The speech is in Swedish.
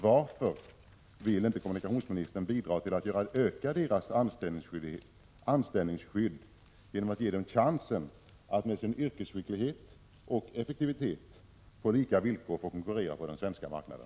Varför vill inte kommunikationsministern bidra till att öka deras anställningsskydd genom att ge dem chansen att med sin yrkesskicklighet och effektivitet på lika villkor få konkurrera på den svenska marknaden?